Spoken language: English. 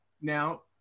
now